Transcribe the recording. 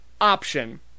option